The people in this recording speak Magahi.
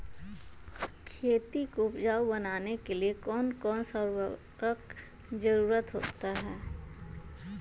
खेती को उपजाऊ बनाने के लिए कौन कौन सा उर्वरक जरुरत होता हैं?